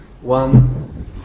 One